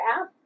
app